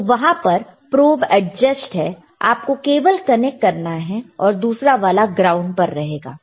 तो वहां पर प्रोब एडजेस्ट है आपको केवल कनेक्ट करना है और दूसरा वाला ग्राउंड पर रहेगा